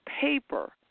paper